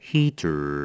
Heater